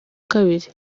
kabiri